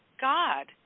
God